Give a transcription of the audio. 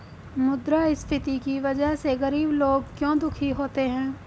मुद्रास्फीति की वजह से गरीब लोग क्यों दुखी होते हैं?